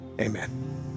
Amen